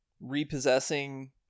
repossessing